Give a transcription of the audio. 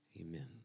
Amen